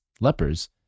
lepers